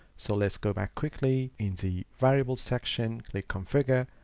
so let's go back quickly into the variable section, click configure,